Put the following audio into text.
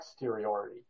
exteriority